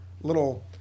little